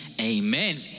Amen